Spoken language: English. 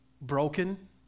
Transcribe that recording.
broken